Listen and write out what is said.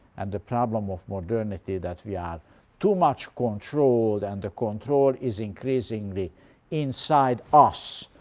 and the problem of modernity that we are too much controlled, and the control is increasingly inside us,